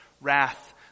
wrath